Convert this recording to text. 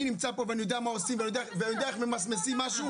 אני נמצא פה ואני יודע מה עושים ואני יודע איך ממסמסים משהו.